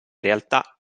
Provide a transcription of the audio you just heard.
realtà